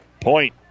Point